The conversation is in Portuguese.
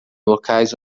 locais